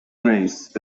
race